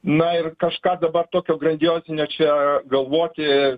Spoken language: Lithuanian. na ir kažką dabar tokio grandiozinio čia galvoti